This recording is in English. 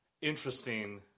interesting